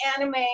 anime